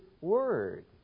Word